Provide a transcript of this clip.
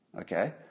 Okay